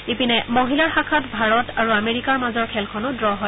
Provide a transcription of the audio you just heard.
ইপিনে মহিলাৰ শাখাত ভাৰত আৰু আমেৰিকাৰ মাজৰ খেলখনো ড্ৰ হয়